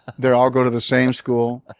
they all go to the same school.